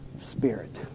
Spirit